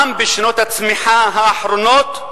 גם בשנות הצמיחה האחרונות,